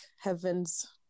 heaven's